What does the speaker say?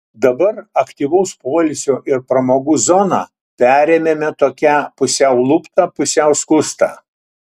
dabar aktyvaus poilsio ir pramogų zoną perėmėme tokią pusiau luptą pusiau skustą